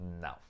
No